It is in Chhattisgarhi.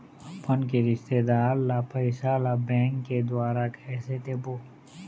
अपन के रिश्तेदार ला पैसा ला बैंक के द्वारा कैसे देबो?